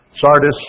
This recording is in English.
Sardis